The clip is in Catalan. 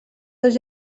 dos